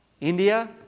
India